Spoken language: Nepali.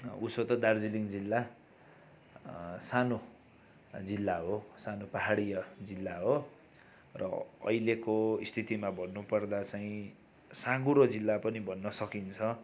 उसो त दार्जिलिङ जिल्ला सानो जिल्ला हो सानो पाहाडी जिल्ला हो र अहिलेको स्थितिमा भन्नुपर्दा चाहिँ साँघुरो जिल्ला पनि भन्न सकिन्छ